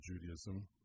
Judaism